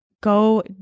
go